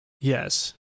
Yes